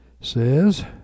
says